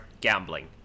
gambling